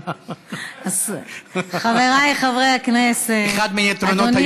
אחד מיתרונות היום.